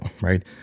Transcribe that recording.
right